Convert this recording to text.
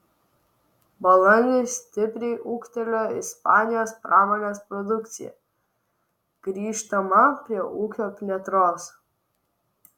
balandį stipriai ūgtelėjo ispanijos pramonės produkcija grįžtama prie ūkio plėtros